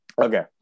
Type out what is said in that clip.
Okay